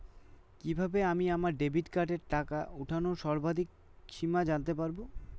কিভাবে আমি আমার ডেবিট কার্ডের টাকা ওঠানোর সর্বাধিক সীমা জানতে পারব?